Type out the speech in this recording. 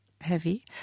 heavy